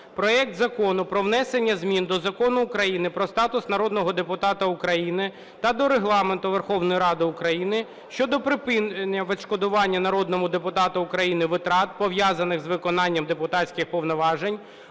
проект Закону про внесення змін до Закону України "Про статус народного депутата України" та до Регламенту Верховної Ради України щодо припинення відшкодування народному депутату України витрат, пов'язаних з виконанням депутатських повноважень,